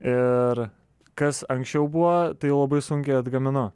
ir kas anksčiau buvo tai labai sunkiai atgaminu